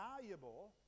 valuable